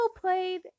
played